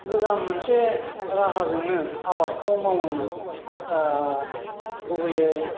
गोजाम मोनसे राहाजोंनो आबादखौ मावोमोन गुबैयै